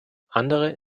andere